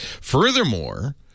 Furthermore